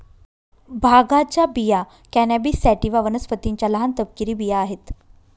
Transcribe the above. भांगाच्या बिया cannabis sativa वनस्पतीच्या लहान, तपकिरी बिया आहेत